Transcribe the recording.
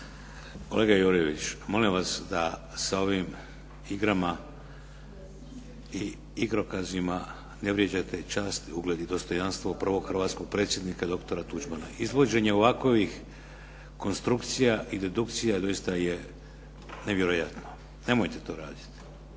Kolega Jurjević, molim vas da sa ovim igrama i igrokazima ne vrijeđate čast, ugled i dostojanstvo prvog hrvatskog predsjednika dr. Tuđmana. Izvođenje ovakovih konstrukcija i dedukcija doista je nevjerojatno. Nemojte to raditi.